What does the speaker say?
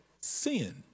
sin